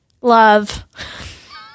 love